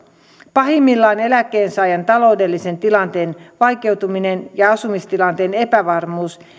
pahimmillaan eläkkeensaajan taloudellisen tilanteen vaikeutuminen ja asumistilanteen epävarmuus